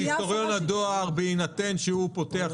השירות יינתן לדואר בהינתן שהוא פותח